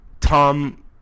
Tom